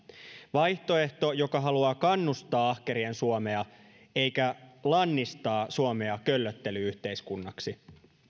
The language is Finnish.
vaihtoehto joka haluaa kannustaa ahkerien suomea eikä lannistaa suomea köllöttely yhteiskunnaksi